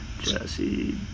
Jesse